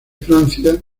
francia